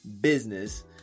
business